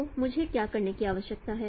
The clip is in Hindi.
तो मुझे क्या करने की आवश्यकता है